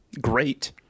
great